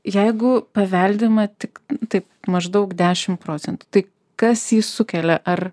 jeigu paveldima tik taip maždaug dešimt procentų tai kas jį sukelia ar